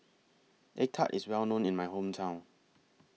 Egg Tart IS Well known in My Hometown